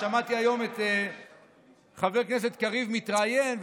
שמעתי היום את חבר הכנסת קריב מתראיין,